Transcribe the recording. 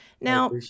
Now